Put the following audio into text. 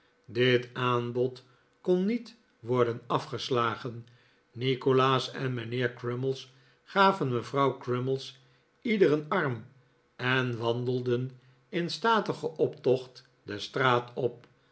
dit aanbod kon niet worden afgeslagen nikolaas en mijnheer crummies gaven mevrouw crummies ieder een arm en wandelden in statigen optocht de straat op